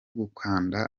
gukundana